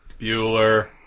Bueller